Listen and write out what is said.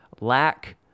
Lack